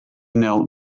knelt